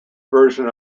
version